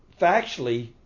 factually